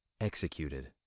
executed